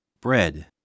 bread